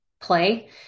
play